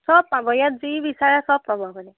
সব পাব ইয়াত যি বিচাৰে সব পাব আপুনি